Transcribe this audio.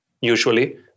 Usually